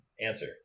Answer